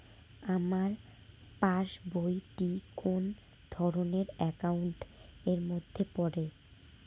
আমার পাশ বই টি কোন ধরণের একাউন্ট এর মধ্যে পড়ে?